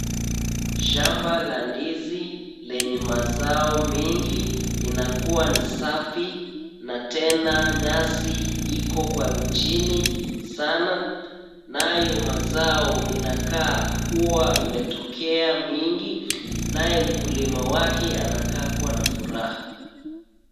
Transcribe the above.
Shamba la ndizi lenye mazao mengi inakuwa ni safi na tena nyasi iko kwa chini sana, nayo mazao inakaa kuwa imetokea mingi. Naye mkulima wake anakaa kuwa na furaha.